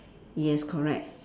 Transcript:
yes correct